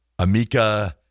Amika